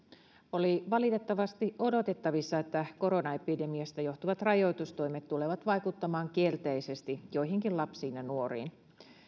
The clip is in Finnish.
oli valitettavasti odotettavissa että koronaepidemiasta johtuvat rajoitustoimet tulevat vaikuttamaan kielteisesti joihinkin lapsiin ja nuoriin